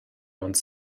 uns